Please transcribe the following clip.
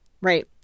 Right